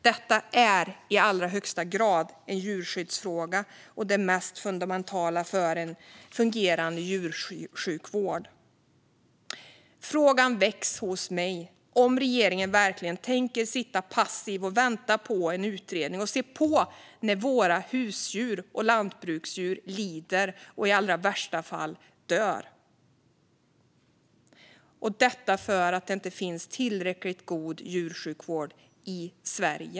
Detta är i allra högsta grad en djurskyddsfråga och det mest fundamentala för en fungerande djursjukvård. Frågan väcks hos mig om regeringen verkligen tänker sitta passiv och vänta på en utredning och se på när våra husdjur och lantbruksdjur lider och i värsta fall dör för att det inte finns tillräckligt god djursjukvård i Sverige.